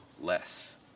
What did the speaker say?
less